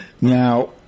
Now